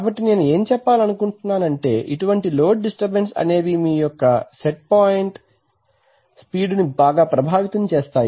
కాబట్టి నేను ఏం చెప్పాలి అనుకుంటున్నాను అంటే ఇటువంటి లోడ్ డిస్టర్బెన్స్ అనేవి మీయొక్క సెట్ పాయింట్ స్పీడు ని బాగా ప్రభావితం చేస్తాయి